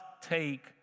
take